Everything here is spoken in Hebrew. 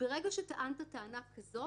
ברגע שטענת טענה כזאת,